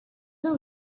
the